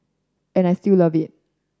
and I still love it